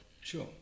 Sure